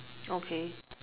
okay